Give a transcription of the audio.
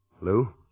Lou